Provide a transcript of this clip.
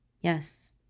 Yes